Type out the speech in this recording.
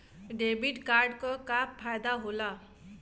Debit card क का फायदा हो ला?